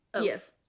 Yes